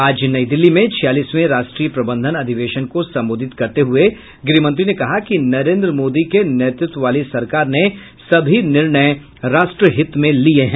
आज नई दिल्ली में छियालीसवें राष्ट्रीय प्रबंधन अधिवेशन को संबोधित करते हुए गृहमंत्री ने कहा कि नरेन्द्र मोदी के नेतृत्व वाली सरकार ने सभी निर्णय राष्ट्रहित में लिए हैं